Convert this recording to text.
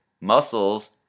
muscles